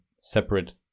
separate